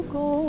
go